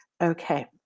Okay